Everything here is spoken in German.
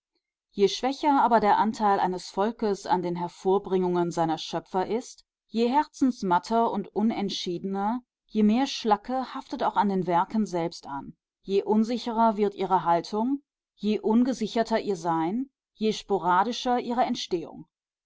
je schwächer aber der anteil eines volkes an den hervorbringungen seiner schöpfer ist je herzensmatter und unentschiedener je mehr schlacke haftet auch den werken selbst an je unsicherer wird ihre haltung je ungesicherter ihr sein je sporadischer ihre entstehung